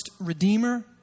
redeemer